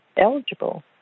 eligible